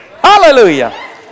Hallelujah